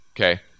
okay